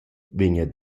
vegna